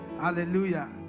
Hallelujah